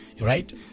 Right